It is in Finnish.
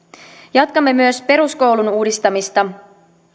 jatkamme myös peruskoulun uudistamista